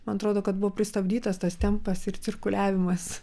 man atrodo kad buvo pristabdytas tas tempas ir cirkuliavimas